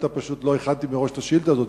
פשוט לא הכנתי מראש את השאילתא הזאת,